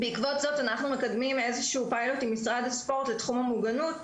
בעקבות זאת אנחנו מקדמים איזשהו פיילוט עם משרד הספורט לתחום המוגנות.